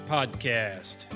Podcast